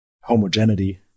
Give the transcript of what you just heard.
homogeneity